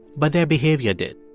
but their behavior did